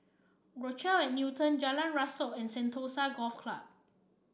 Rochelle at Newton Jalan Rasok and Sentosa Golf Club